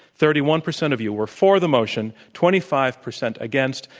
thirty one percent of you were for the motion, twenty five percent against,